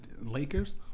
Lakers